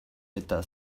eta